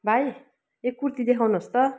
भाइ यो कुर्ती देखाउनुहोस् त